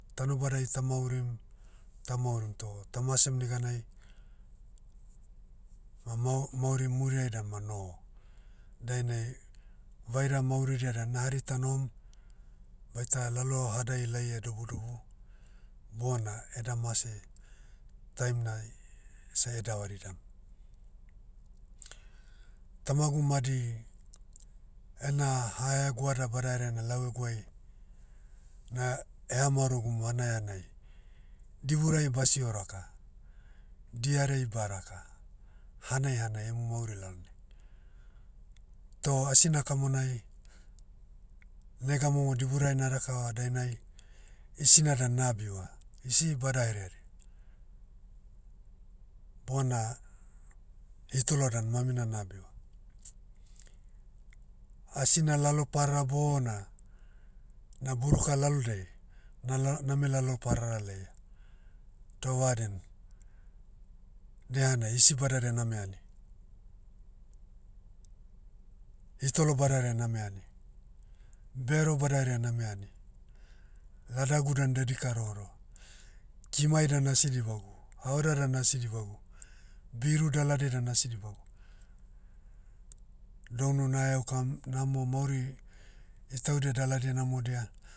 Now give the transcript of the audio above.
Tanobadai tamaurim, tamaurim toh tamasem neganai, ma mao- mauri muriai dan ma noho. Dainai, vaira mauridia dan na hari tanohom, baita lalohadai laia dobudobu, bona eda mase, taim nai, seh davaridam. Tamagu madi, ena hahegoada badaherea na lau eguai, na eha maorogumu hanai hanai. Diburai basio raka. Diarei baraka, hanai hanai emu mauri lalne. Toh asi nakamonai, nega momo diburai na rakava dainai, hisina dan na abiva. Hisi badahereadi. Bona, hitolo dan mamina na abiva. Asina lalo parara bona, na buruka lalonai, na la- name lalo parara laia. Toh vaden, dehanai hisi badadia name ani. Hitolo badaherea name ani. Bero badaherea name ani. Ladagu dan dedika rohoro. Kimai dan asi dibagu, haoda dan asi dibagu, biru daladia dan asi dibagu. Dounu na heaukam, namo mauri, itahudia daladia namodia,